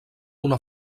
una